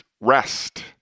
Rest